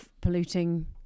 polluting